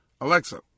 Alexa